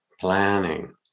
planning